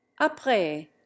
après